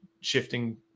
shifting